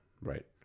Right